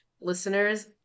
listeners